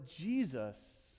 Jesus